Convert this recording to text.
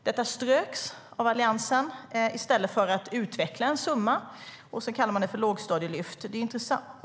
Detta strök Alliansen i stället för att utveckla en summa, och sedan kallar man det för lågstadielyft.